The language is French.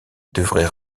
devrait